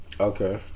Okay